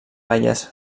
baies